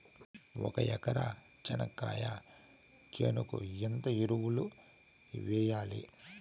ఒక ఎకరా చెనక్కాయ చేనుకు ఎంత ఎరువులు వెయ్యాలి?